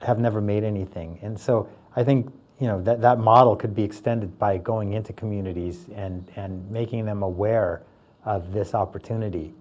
have never made anything. and so i think you know that that model could be extended by going into communities and and making them aware of this opportunity,